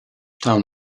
town